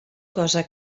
cosa